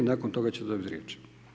Nakon toga ćete dobiti riječ.